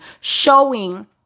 showing